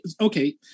Okay